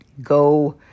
go